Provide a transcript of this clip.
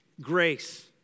Grace